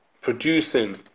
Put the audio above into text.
producing